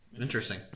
Interesting